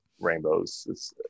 rainbows